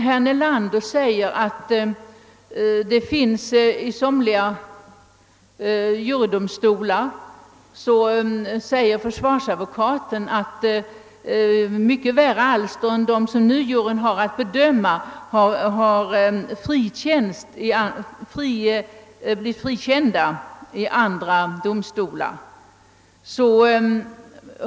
Herr Nelander säger att en försvarsadvokat i en jurydomstol ofta kan hänvisa till att mycket värre alster än de som juryn har att bedöma blivit frikända i andra domstolar.